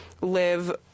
live